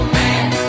man